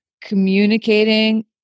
communicating